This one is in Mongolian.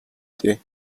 дээ